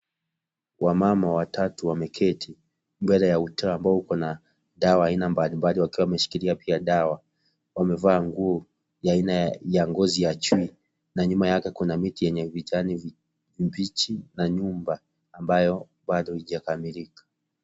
Wamama watatu wameketi, mbele ya uteo ambao ukona dawa aina mbalimbali wakiwa wameshikilia pia dawa wamevaa nguo ya aina ya ngozi ya chui na nyuma yake kuna miti yenye vijani vibichi na nyumba ambayo bado haijakamilika.